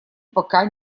пока